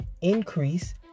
increase